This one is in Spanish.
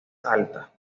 alta